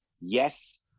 Yes